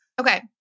Okay